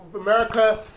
America